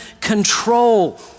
control